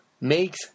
makes